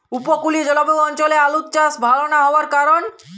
উপকূলীয় জলবায়ু অঞ্চলে আলুর চাষ ভাল না হওয়ার কারণ?